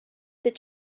that